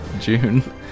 June